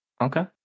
Okay